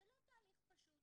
זה לא תהליך פשוט,